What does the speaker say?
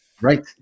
Right